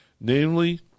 Namely